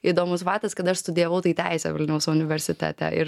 įdomus faktas kad aš studijavau tai teisę vilniaus universitete ir